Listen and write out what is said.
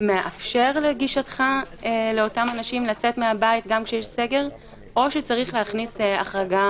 מאפשר לאותם אנשים לצאת מהבית גם כשיש סגר או שצריך להכניס החרגה